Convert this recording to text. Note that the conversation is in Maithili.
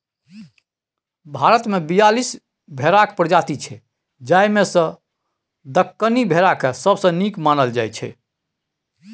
भारतमे बीयालीस भेराक प्रजाति छै जाहि मे सँ दक्कनी भेराकेँ सबसँ नीक मानल जाइ छै